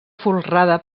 folrada